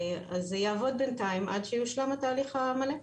זה יעבוד בינתיים עד שהתהליך המלא יושלם.